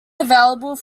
available